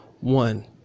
one